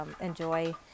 enjoy